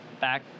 back